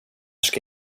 ska